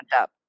up